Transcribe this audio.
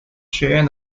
学院